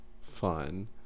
fun